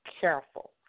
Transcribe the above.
careful